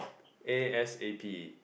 A_S_A_P